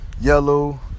Yellow